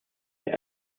der